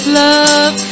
love